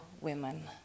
women